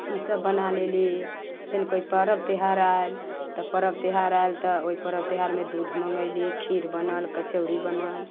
ई सब बना लेली फिन कोई पर्व त्यौहार आयल तऽ पर्व त्यौहार आयल ओहि पर्व त्यौहारमे दूध मँगयली खीर बनल कचौड़ी बनल